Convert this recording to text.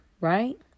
right